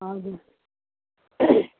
हजुर